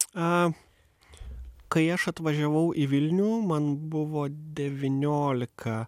a kai aš atvažiavau į vilnių man buvo devyniolika